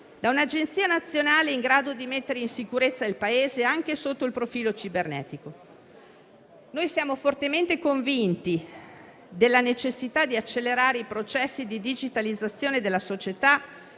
da un'Agenzia nazionale in grado di mettere in sicurezza il Paese anche sotto il profilo cibernetico. Noi siamo fortemente convinti della necessità di accelerare i processi di digitalizzazione della società